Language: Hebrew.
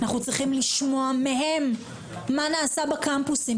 אנחנו צריכים לשמוע מהם מה נעשה בקמפוסים,